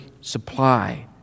supply